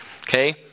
Okay